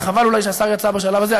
וחבל אולי שהשר יצא בשלב הזה,